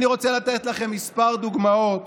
אני רוצה לתת לכם כמה דוגמאות